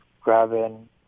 grabbing